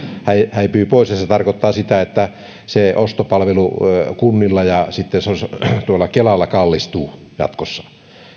häipyy pois se se tarkoittaa sitä että ostopalvelu kunnilla ja kelalla kallistuu jatkossa